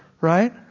Right